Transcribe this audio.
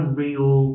real